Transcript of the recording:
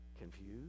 confused